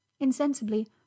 Insensibly